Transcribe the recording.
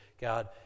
god